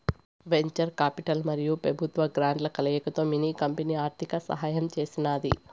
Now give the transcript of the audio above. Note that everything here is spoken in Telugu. వెంచర్ కాపిటల్ మరియు పెబుత్వ గ్రాంట్ల కలయికతో మిన్ని కంపెనీ ఆర్థిక సహాయం చేసినాది